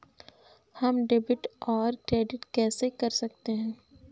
हम डेबिटऔर क्रेडिट कैसे कर सकते हैं?